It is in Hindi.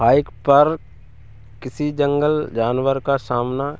हाइक पर किसी जंगली जानवर का सामना